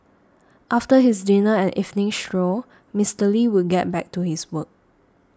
after his dinner and evening stroll Mister Lee would get back to his work